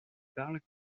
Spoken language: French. parle